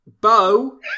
Bo